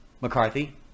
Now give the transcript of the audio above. McCarthy